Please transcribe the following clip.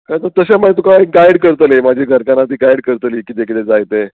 कांय तर तशें मागीर तुका एक गायड करतली म्हाजी घरकान्न ती गायड करतली किदें किदें जाय तें